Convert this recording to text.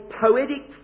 poetic